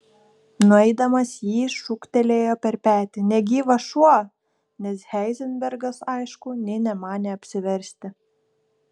nueidamas jį šūktelėjo per petį negyvas šuo nes heizenbergas aišku nė nemanė apsiversti